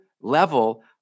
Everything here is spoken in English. level